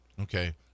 okay